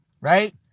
right